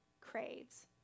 craves